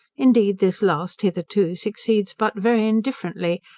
indeed this last hitherto succeeds but very indifferently,